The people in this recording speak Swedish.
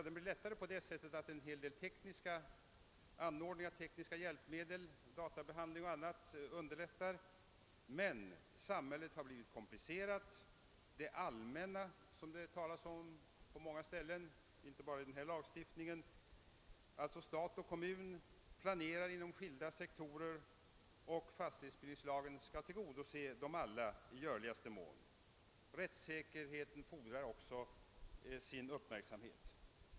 Det blir lättare att göra förfarandet snabbt så till vida att en hel del tekniska hjälpmedel som datamaskiner och annat nu underlättar hanterandet. Men samhället har blivit mer komplicerat. Det allmänna som det talas om på många ställen inte bara i denna lagstiftning, d. v. s. stat och kommun, planerar inom skilda sektorer, och fastighetsbildningen skall i görligaste mån tillgodose dem alla. Rättssäkerheten fordrar också sin uppmärksamhet.